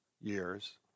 years